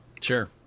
Sure